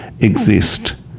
exist